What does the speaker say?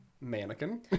Mannequin